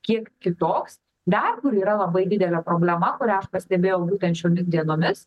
kiek kitoks dar kur yra labai didelė problema kurią aš pastebėjau būtent šiomis dienomis